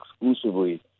exclusively